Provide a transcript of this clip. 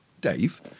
Dave